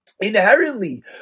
Inherently